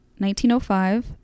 1905